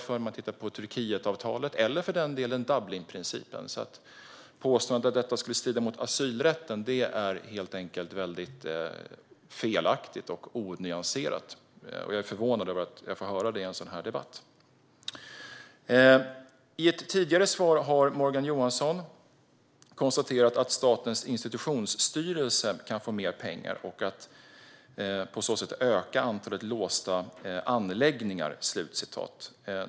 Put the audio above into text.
Låt oss se på Turkietavtalet, eller för den delen på Dublinprincipen. Påståendet att detta skulle strida mot asylrätten är helt fel och onyanserat. Jag är förvånad över att få höra det i en sådan här debatt. I ett tidigare svar har Morgan Johansson konstaterat att Statens institutionsstyrelse kan få mer pengar och på så sätt öka antalet låsta anläggningar.